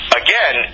again